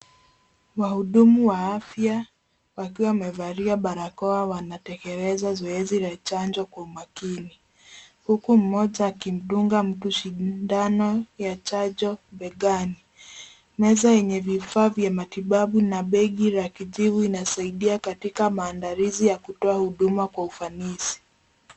Wahudumu wa afya wakiwa wamevalia barakoa wanatekeleza zoezi la chanjo kwa umakini huku mmoja akimdunga sindano ya chanjo begani. Meza yenye vifaa vya matibabu na begi la kijivu inasaidia katika maandalizi ya kutoa huduma kwa ufanisi.